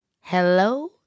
Hello